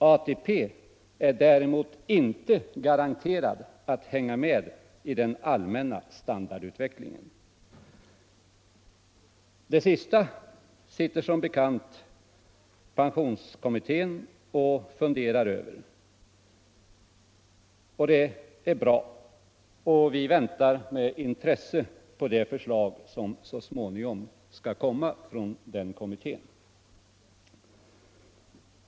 ATP är däremot inte garanterad att hänga med i den allmänna standardutvecklingen. Det sista sitter som bekant pensionskommittén och funderar över. Det är bra, och vi väntar med intresse på de förslag som så småningom skall komma från den kommittén.